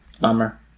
Bummer